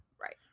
right